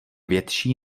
větší